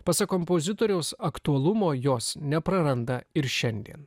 pasak kompozitoriaus aktualumo jos nepraranda ir šiandien